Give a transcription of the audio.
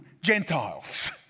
Gentiles